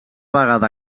vegada